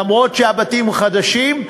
אף שהבתים חדשים,